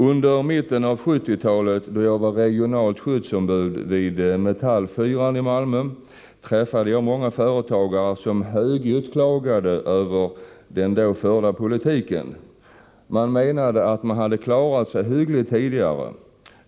Under mitten av 1970-talet då jag var regionalt skyddsombud vid Metall-Fyran i Malmö träffade jag många företagare som högljutt beklagade den förda politiken. Man menade att man kunnat klara sig hyggligt tidigare.